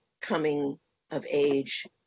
coming-of-age